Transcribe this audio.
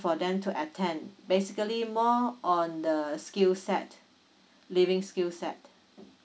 for them to attend basically more on the skill set living skill set